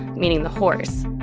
meaning the horse.